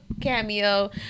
Cameo